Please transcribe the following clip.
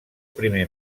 primer